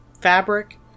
Fabric